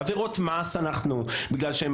על עבירות מס אנחנו מעמידים.